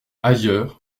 ailleurs